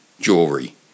Jewelry